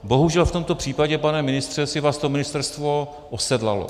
Bohužel, v tomto případě, pane ministře, si vás to ministerstvo osedlalo.